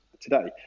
today